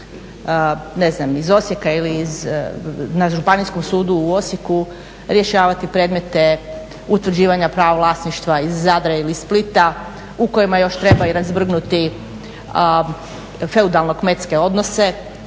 ne znam iz Osijeka ili na Županijskom sudu u Osijeku rješavati predmete utvrđivanja prava vlasništva iz Zadra ili Splita u kojima još treba i razvrgnuti feudalno kmetske odnose